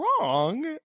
wrong